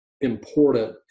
important